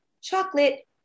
chocolate